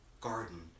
Garden